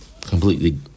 completely